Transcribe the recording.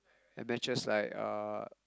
and matches like uh